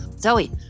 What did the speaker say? Zoe